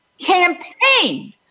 campaigned